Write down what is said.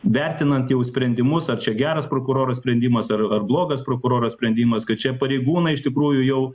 vertinant jau sprendimus ar čia geras prokurorų sprendimas ar ar blogas prokuroro sprendimas kad šie pareigūnai iš tikrųjų jau